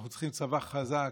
אנחנו צריכים צבא חזק,